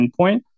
endpoint